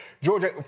Georgia